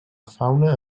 fauna